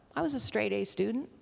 i was a straight a student.